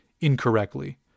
incorrectly